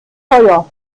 teuer